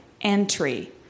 Entry